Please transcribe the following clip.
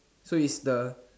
so is the